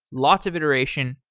lots of iteration,